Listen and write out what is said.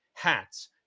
Hats